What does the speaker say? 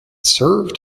served